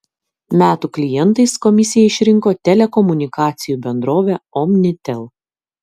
metų klientais komisija išrinko telekomunikacijų bendrovę omnitel